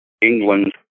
England